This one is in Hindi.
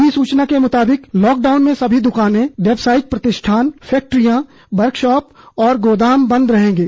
अधिसूचना के मुताबिक लॉकडाउन में समी दुकानें व्यावसायिक प्रतिष्ठान फैक्ट्रिया वर्कशॉप और गोदाम बंद रहेंगे